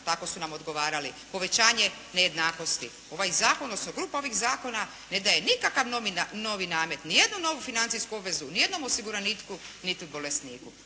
tako su nam odgovarali, povećanje nejednakosti. Ovaj Zakon, odnosno grupa ovih zakona ne daje nikakav novi namet, niti jednu novu financijsku obvezu, niti jednom osiguraniku niti bolesniku.